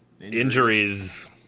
injuries